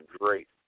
great